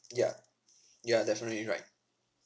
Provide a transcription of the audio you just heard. ya you are definitely right